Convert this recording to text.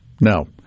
No